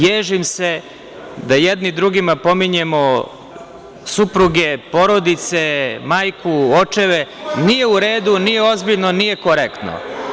Ježim se da jedni drugima pominjemo supruge, porodice, majku, očeve, to nije uredu, nije ozbiljno, nije korektno.